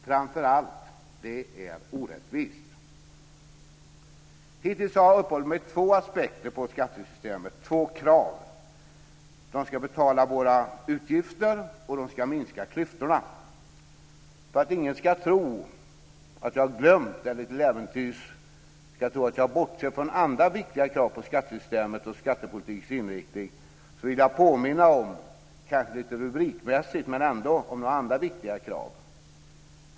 Framför allt är det orättvist. Hittills har jag uppehållit mig vid två aspekter på skattesystemet, två krav. Skatterna ska betala våra utgifter, och de ska minska klyftorna. För att ingen ska tro att jag har glömt eller till äventyrs bortsett från andra viktiga krav på skattesystemet och skattepolitikens inriktning, så vill jag påminna om, kanske lite rubrikmässigt men ändå, om några andra viktiga krav.